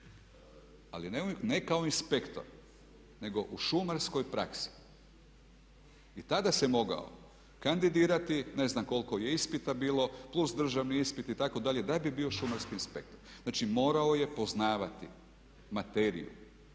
ali ne kao inspektor nego u šumarskoj praksi i tada se mogao kandidirati, ne znam koliko je ispita bilo, plus državni ispit itd. da bi bio šumarski inspektor. Znači morao je poznavati materiju,